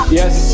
yes